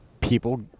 people